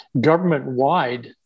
government-wide